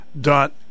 dot